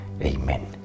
Amen